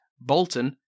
Bolton